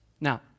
Now